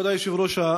כבוד היושב-ראש,